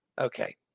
Okay